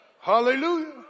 hallelujah